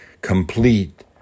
complete